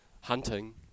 hunting